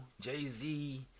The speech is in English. Jay-Z